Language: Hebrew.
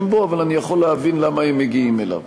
בו אבל אני יכול להבין למה הם מגיעים אליו.